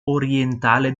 orientale